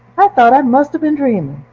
i thought i must've been dreaming.